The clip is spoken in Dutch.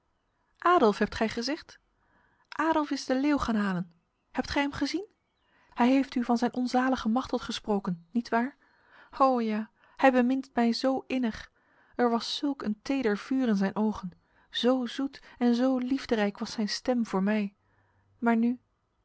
adolf hebt gij gezegd adolf is de leeuw gaan halen hebt gij hem gezien hij heeft u van zijn onzalige machteld gesproken nietwaar ho ja hij bemint mij zo innig er was zulk een teder vuur in zijn ogen zo zoet en zo liefderijk was zijn stem voor mij maar nu nu